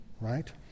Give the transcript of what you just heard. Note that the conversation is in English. right